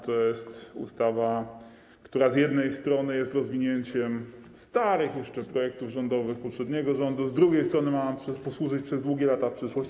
To jest ustawa, która z jednej strony jest rozwinięciem starych jeszcze projektów rządowych poprzedniego rządu, z drugiej strony ma nam posłużyć przez długie lata w przyszłości.